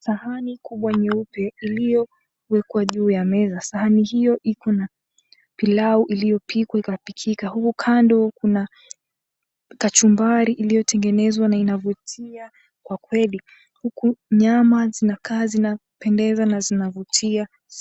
Sahani kubwa nyeupe iliyowekwa juu ya meza, sahani hiyo ikona pilau iliyopikwa ikapikika. Humu kando kuna kachumbari iliyotengenezwa na inavutia kwa kweli. Huku nyama zinakaa zinapendeza na zinavutia.